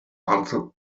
answered